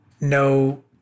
no